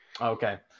okay